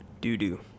Doo-doo